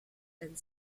and